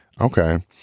Okay